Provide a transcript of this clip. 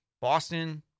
Boston